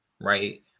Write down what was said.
right